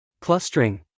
Clustering